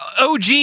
OG